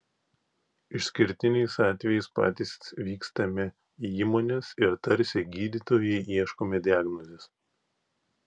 išskirtiniais atvejais patys vykstame į įmones ir tarsi gydytojai ieškome diagnozės